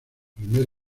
primer